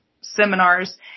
seminars